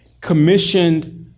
commissioned